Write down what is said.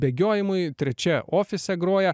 bėgiojimui trečia ofise groja